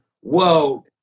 whoa